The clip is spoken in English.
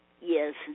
Yes